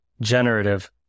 generative